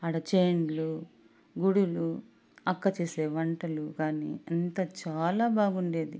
ఆడ చేన్లు గుడులు అక్క చేసే వంటలు కానీ అంతా చాలా బాగుండేది